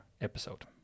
episode